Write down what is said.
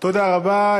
תודה רבה.